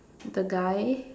the guy